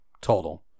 total